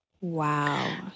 Wow